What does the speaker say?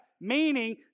Meaning